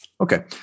Okay